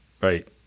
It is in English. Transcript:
Right